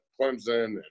Clemson